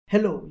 Hello